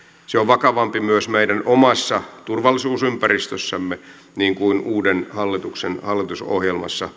se on vakavampi myös meidän omassa turvallisuusympäristössämme niin kuin uuden hallituksen hallitusohjelmassa